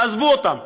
תעזבו אותם.